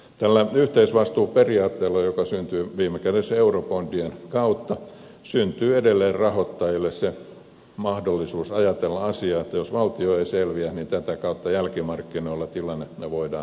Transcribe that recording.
tällä yhteisvastuuperiaatteella joka syntyy viime kädessä eurobondien kautta syntyy edelleen rahoittajille mahdollisuus ajatella asiaa että jos valtio ei selviä niin tätä kautta jälkimarkkinoilla tilannetta voidaan hoitaa